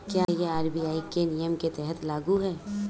क्या यह आर.बी.आई के नियम के तहत लागू है?